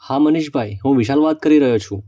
હા મનિષભાઈ હું વિશાલ વાત કરી રહ્યો છું